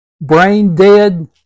brain-dead